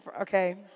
Okay